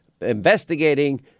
investigating